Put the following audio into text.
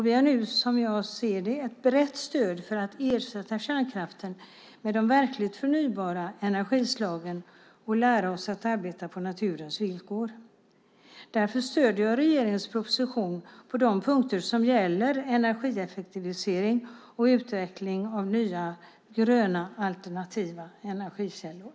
Vi har nu, som jag ser det, ett brett stöd för att ersätta kärnkraften med de verkligt förnybara energislagen och lära oss att arbeta på naturens villkor. Därför stöder jag regeringens proposition på de punkter som gäller energieffektivisering och utveckling av nya, gröna alternativa energikällor.